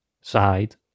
side